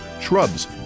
shrubs